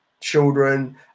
children